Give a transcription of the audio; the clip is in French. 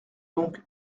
donc